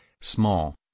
Small